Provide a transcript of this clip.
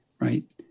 right